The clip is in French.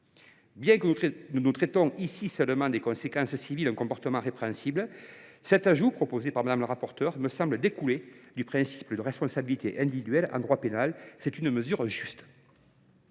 Bien que nous traitions ici seulement des conséquences civiles d’un comportement répréhensible, cet ajout proposé par la rapporteure me semble découler du principe de responsabilité individuelle en droit pénal. C’est une mesure juste.